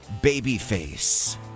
Babyface